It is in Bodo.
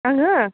आङो